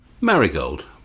Marigold